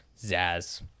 Zaz